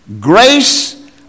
grace